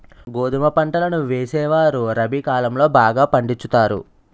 గోధుమ పంటలను వేసేవారు రబి కాలం లో బాగా పండించుతారు